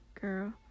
girl